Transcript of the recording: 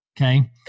Okay